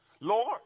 Lord